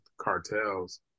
cartels